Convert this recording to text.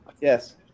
Yes